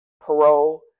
parole